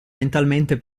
mentalmente